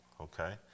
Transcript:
okay